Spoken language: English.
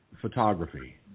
photography